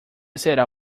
será